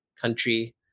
country